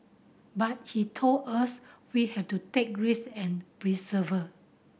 but he told us we have to take risk and persevere